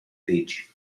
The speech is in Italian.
leggi